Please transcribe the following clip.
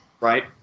Right